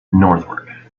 northward